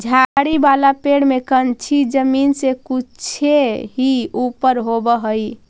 झाड़ी वाला पेड़ में कंछी जमीन से कुछे ही ऊपर होवऽ हई